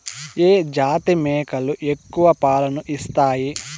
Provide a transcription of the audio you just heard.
ఏ జాతి మేకలు ఎక్కువ పాలను ఇస్తాయి?